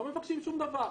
לא מבקשים שום דבר.